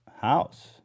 house